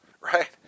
right